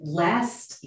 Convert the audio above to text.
last